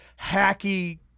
hacky